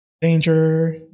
danger